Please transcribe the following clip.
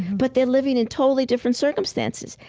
but they're living in totally different circumstances.